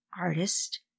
artist